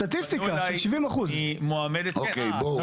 סטטיסטיקה של 70%. היא מועמדת, כן, אה.